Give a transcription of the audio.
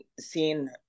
seen